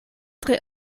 tre